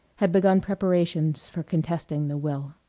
had begun preparations for contesting the will.